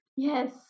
Yes